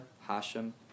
Hashem